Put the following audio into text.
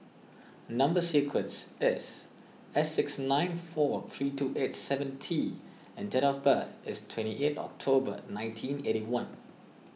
Number Sequence is S six nine four three two eight seven T and date of birth is twenty eighth October nineteen eighty one